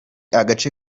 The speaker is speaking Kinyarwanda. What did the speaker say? agace